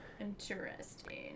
Interesting